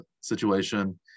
situation